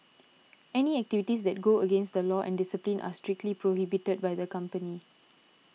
any activities that go against the law and discipline are strictly prohibited by the company